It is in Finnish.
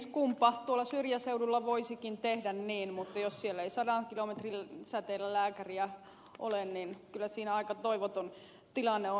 kunpa tuolla syrjäseudulla voisikin tehdä niin mutta jos siellä ei sadan kilometrin säteellä lääkäriä ole niin kyllä siinä aika toivoton tilanne on